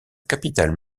capitale